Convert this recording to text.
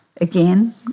again